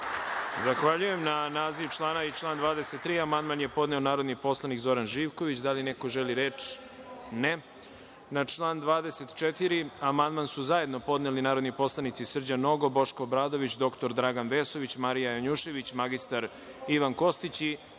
Zahvaljujem. Na naziv člana i član 23. amandman je podneo narodni poslanik Zoran Živković. Da li neko želi reč? (Ne.)Na člana 24. amandman su zajedno podneli narodni poslanici Srđan Nogo, Boško Obradović, dr Dragan Vesović, Marija Janjušević, mr Ivan Kostić